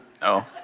no